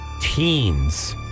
Teens